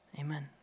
Amen